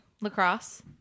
Lacrosse